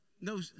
no